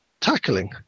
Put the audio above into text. tackling